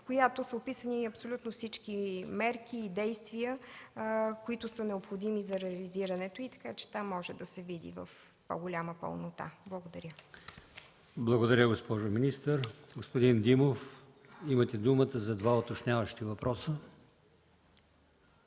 в която са описани абсолютно всички мерки и действия, които са необходими за реализирането й, така че там може да се види в по-голяма пълнота. Благодаря. ПРЕДСЕДАТЕЛ АЛИОСМАН ИМАМОВ: Благодаря, госпожо министър. Господин Димов, имате думата за два уточняващи въпроса.